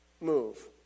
move